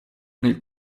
nel